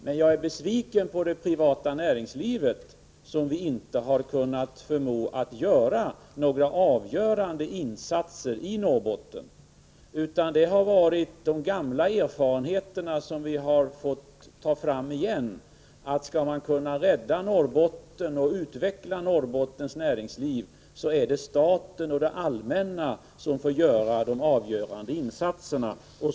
Men jag är besviken på det privata näringslivet; som vi inte har kunnat förmå till några avgörande insatser där uppe. Nej, det har varit de gamla erfarenheterna som vi fått återigen, att skall man kunna rädda Norrbotten och utveckla Norrbottens näringsliv, så är det staten och det allmänna som får stå för de avgörande insatserna.